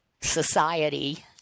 society